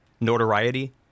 notoriety